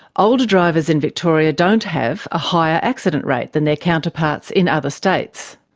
older drivers in victoria don't have a higher accident rate than their counterparts in other states.